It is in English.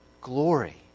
Glory